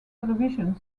television